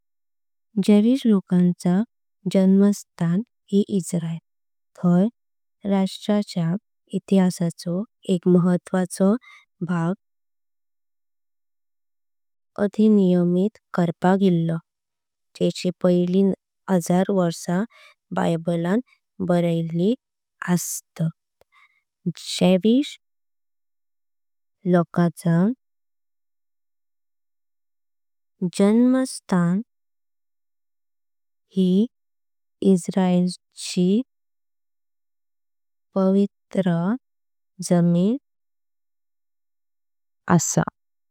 ज्यूईश लोकांचं जन्मस्थान ही इस्त्रायेल तया राष्ट्राच्या। इतिहासाचो एक महत्वाचो भाग अधिनियमित करपाक। इल्लो जेंची पैली हजार वरसा बायबल लें बारायली आसात। ज्यूईश लोकाचं। जन्मस्थान इस्त्रायेल। ची जमिन आसय।